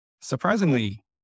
Surprisingly